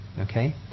Okay